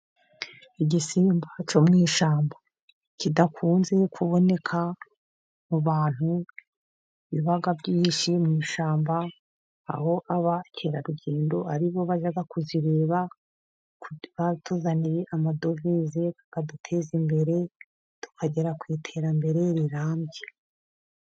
Igisimba cyo mu ishyamba kidakunze kuboneka mu bantu, biba byihishe mu ishyamba aho abakerarugendo, aribo bajya kubireba, batuzaniye amadovize, bakaduteza imbere, tukagera ku iterambere rirambye.